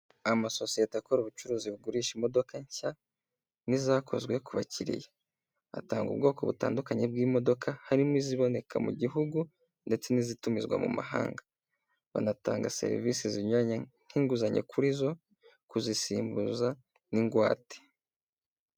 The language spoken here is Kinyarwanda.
Amasosiyete akora ubucuruzi bugurisha imodoka nshya n'izakozwe ku bakiriya, atanga ubwoko butandukanye bw'imodoka harimo iziboneka mu gihugu ndetse n'izitumizwa mu mahanga, banatanga serivisi zinyuranye nk'inguzanyo kuri zo kuzisimbuza n'ingwate.